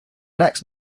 next